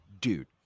dude